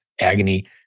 agony